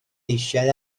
eisiau